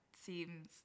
seems